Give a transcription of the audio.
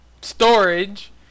storage